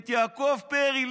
יעקב פרי,